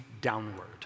downward